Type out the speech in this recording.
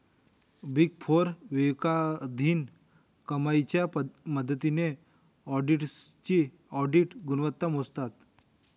big four विवेकाधीन कमाईच्या मदतीने ऑडिटर्सची ऑडिट गुणवत्ता मोजतात